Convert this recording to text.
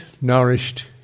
nourished